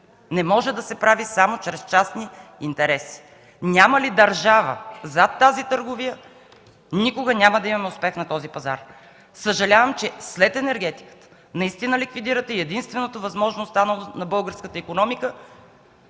не може да се прави само чрез частни интереси. Няма ли държава зад тази търговия, никога няма да имаме успех на този пазар. Съжалявам, че след енергетиката наистина ликвидирате и единственото възможно, останало на българската икономика,